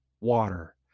water